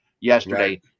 yesterday